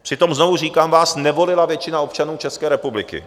Přitom znovu říkám, vás nevolila většina občanů České republiky.